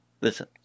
Listen